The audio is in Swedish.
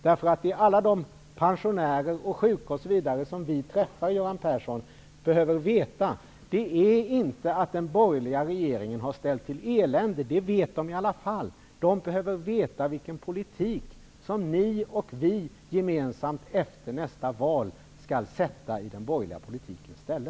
Det alla de pensionärer och sjuka som vi träffar, Göran Persson, behöver veta är inte att den borgerliga regeringen har ställt till elände. Det vet de i alla fall. De behöver veta vilken politik som ni och vi gemensamt efter nästa val skall sätta i den borgerliga politikens ställe.